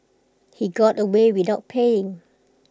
he got away without paying